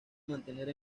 mantener